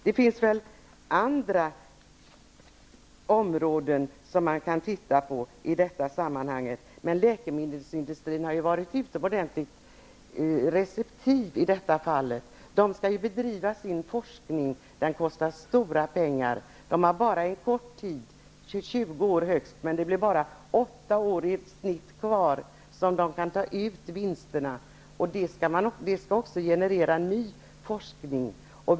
Det finns andra områden som vi kan titta på i detta sammanhang, men läkemedelsindustrin har varit utomordentligt receptiv. Den skall bedriva också forskning, och den kostar stora pengar. Av den korta tiden högst 20 år har den bara 8 år kvar att ta ut vinsterna under, och de skall också generera ny forskning.